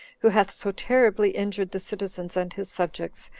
who hath so terribly injured the citizens and his subjects,